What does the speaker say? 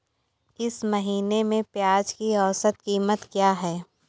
इस महीने में प्याज की औसत कीमत क्या है?